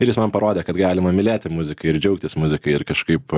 ir jis man parodė kad galima mylėti muziką ir džiaugtis muzika ir kažkaip